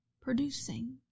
producing